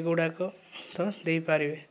ଏଗୁଡ଼ାକ ତ ଦେଇପାରିବେ